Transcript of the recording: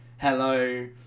hello